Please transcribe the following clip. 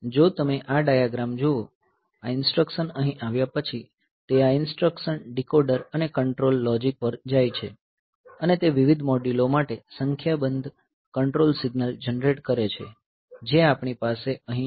જો તમે આ ડાયાગ્રામ જુઓ આ ઈન્સ્ટ્રકશન અહીં આવ્યા પછી તે આ ઈન્સ્ટ્રકશન ડીકોડર અને કંટ્રોલ લોજિક પર જાય છે અને તે વિવિધ મોડ્યુલો માટે સંખ્યાબંધ કંટ્રોલ સિગ્નલ જનરેટ કરે છે જે આપણી પાસે અહીં છે